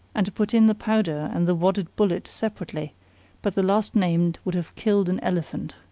and to put in the powder and the wadded bullet separately but the last-named would have killed an elephant.